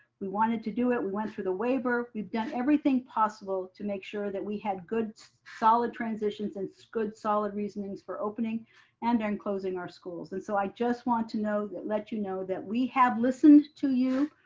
we wanted to do it. we went through the waiver, we've done everything possible to make sure that we had good solid transitions and so good solid reasonings for opening and in closing our schools. and so i just want to know, let you know that we have listened to you.